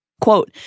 Quote